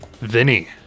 Vinny